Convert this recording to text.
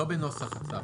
לא בנוסח הצו.